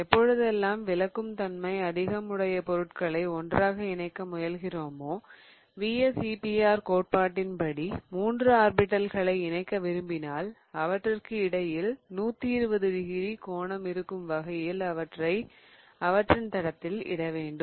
எப்பொழுதெல்லாம் விலக்கும் தன்மை அதிகம் உடைய பொருட்களை ஒன்றாக இணைக்க முயல்கிறோமோ VSEPR கோட்பாட்டின் படி 3 ஆர்பிடல்களை இணைக்க விரும்பினால் அவற்றிற்கு இடையில் 120 டிகிரி கோணம் இருக்கும் வகையில் அவற்றை அவற்றின் தளத்தில் இடவேண்டும்